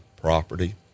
property